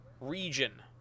region